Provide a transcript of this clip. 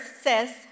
says